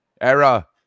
Era